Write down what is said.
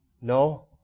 No